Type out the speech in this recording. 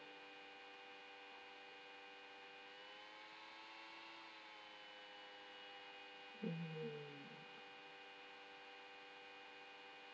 mm